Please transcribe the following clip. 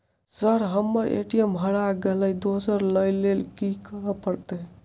Sir हम्मर ATM हरा गइलए दोसर लईलैल की करऽ परतै?